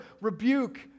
rebuke